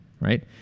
right